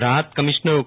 રાહત કમિશનર ડો